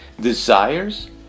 desires